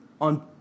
on